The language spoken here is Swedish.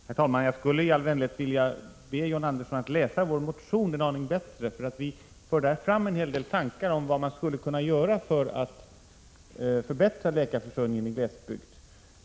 Herr talman! Jag skulle igen vänligt vilja be John Andersson att läsa vår motion en aning bättre. Vi för där fram en hel del tankar om vad man skulle kunna göra i syfte att förbättra läkarförsörjningen i glesbygd.